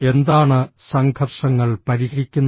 എന്താണ് സംഘർഷങ്ങൾ പരിഹരിക്കുന്നത്